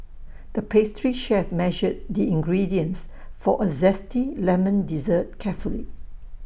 the pastry chef measured the ingredients for A Zesty Lemon Dessert carefully